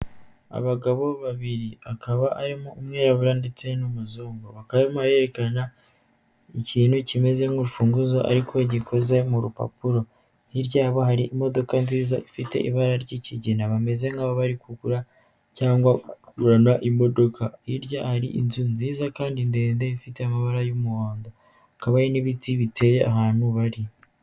Abagabo babiri akaba arimo umwirabura ndetse n'umuzungu bakaba barimo barerekana ikintu kimeze nk'urufunguzo ariko gikoze mu rupapuro, hirya yabo hari imodoka nziza ifite ibara ry'ikigina bameze nkaho bari kugura cyangwa kugurana imodoka hirya hari inzu nziza kandi ndende ifite amabara y'umuhondo hakaba hari n'ibiti biteye ahantu bari.